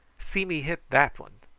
see me hit that one.